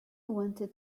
wanted